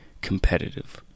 competitive